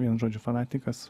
vienu žodžiu fanatikas